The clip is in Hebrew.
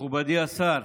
מכובדי השר,